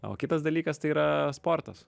o kitas dalykas tai yra sportas